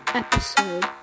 episode